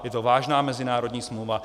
Je to vážná mezinárodní smlouva.